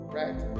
right